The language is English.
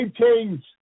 change